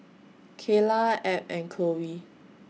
Keyla Abb and Chloe